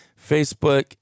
Facebook